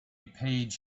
page